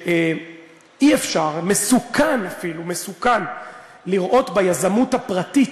שאי-אפשר, מסוכן אפילו, מסוכן לראות ביזמות הפרטית